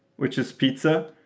which is pizza,